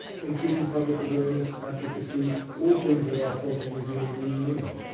increasing public awareness, advocacy, all things that our frogs in new zealand really need.